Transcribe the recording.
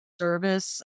service